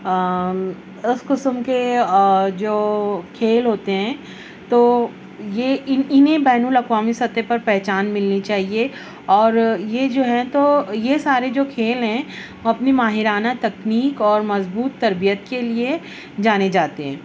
اس قسم کے جو کھیل ہوتے ہیں تو یہ انہیں بین الاقوامی سطح پر پہچان ملنی چاہیے اور یہ جو ہیں تو یہ سارے جو کھیل ہیں وہ اپنی ماہرانہ تکنیک اور مضبوط تربیت کے لیے جانے جاتے ہیں